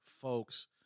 folks